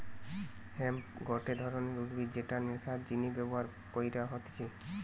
hemp গটে ধরণের উদ্ভিদ যেটা নেশার জিনে ব্যবহার কইরা হতিছে